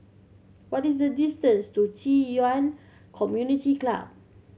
what is the distance to Ci Yuan Community Club